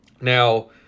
Now